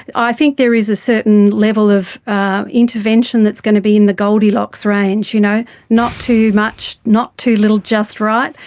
i think there is a certain level of intervention that's going to be in the goldilocks range, you know, not too much, not too little, just right,